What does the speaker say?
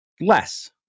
less